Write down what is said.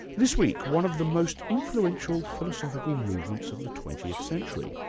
this week, one of the most influential philosophical movements of the twentieth century,